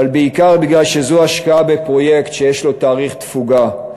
אבל בעיקר מפני שזו השקעה בפרויקט שיש לו תאריך תפוגה,